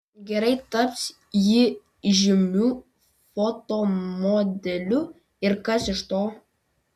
gerai taps ji žymiu fotomodeliu ir kas iš to